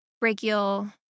brachial